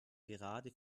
gerade